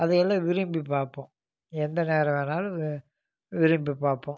அதை எல்லாம் விரும்பி பார்ப்போம் எந்த நேரம் வேணாலும் வி விரும்பி பார்ப்போம்